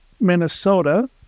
Minnesota